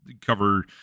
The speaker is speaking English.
Cover